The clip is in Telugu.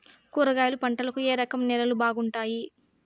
కూరగాయల పంటలకు ఏ రకం నేలలు బాగుంటాయి?